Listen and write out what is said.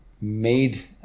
made